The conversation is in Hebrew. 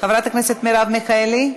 חברת הכנסת מרב מיכאלי?